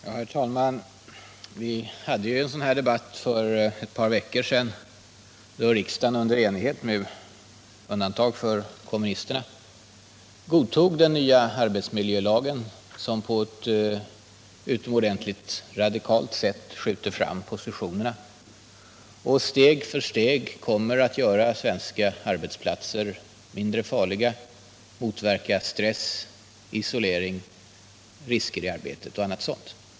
Herr talman! Vi hade en sådan här debatt för ett par veckor sedan, då riksdagen under enighet —- med undantag för kommunisterna — godtog den nya arbetsmiljölagen. Den kommer på ett utomordentligt radikalt sätt att skjuta fram positionerna och steg för steg göra svenska arbetsplatser mindre farliga, motverka stress, isolering, risker i arbetet och annat sådant.